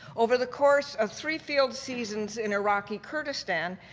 over the course of three field seasons in iraqi kurdistan,